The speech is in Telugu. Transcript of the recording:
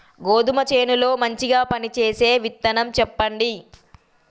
గోధుమ చేను లో మంచిగా పనిచేసే విత్తనం చెప్పండి?